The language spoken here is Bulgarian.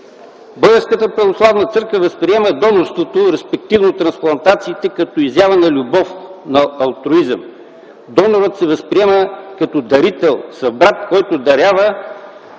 Българската православна църква възприема донорството, респективно трансплантациите като изява на любов, на алтруизъм. Донорът се възприема като дарител, събрат, който дарява